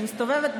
אני מסתובבת,